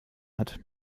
hat